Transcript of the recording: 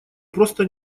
просто